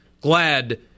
glad